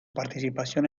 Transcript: participación